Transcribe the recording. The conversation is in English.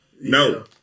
No